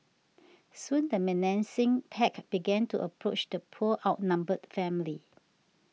soon the menacing pack began to approach the poor outnumbered family